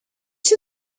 see